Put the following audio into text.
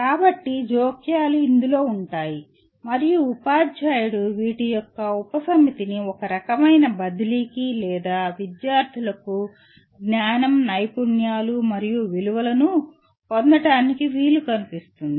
కాబట్టి జోక్యాలు ఇందులో ఉంటాయి మరియు ఉపాధ్యాయుడు వీటి యొక్క ఉపసమితిని ఒక రకమైన బదిలీకి లేదా విద్యార్థులకు జ్ఞానం నైపుణ్యాలు మరియు విలువలను పొందటానికి వీలు కల్పిస్తుంది